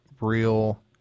real